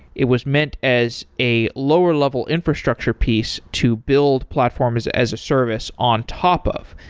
it was meant as a lower level infrastructure piece to build platforms as a service on top of,